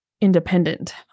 independent